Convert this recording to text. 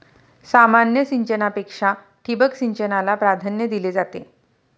सामान्य सिंचनापेक्षा ठिबक सिंचनाला प्राधान्य दिले जाते